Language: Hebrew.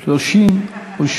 בעד, 32,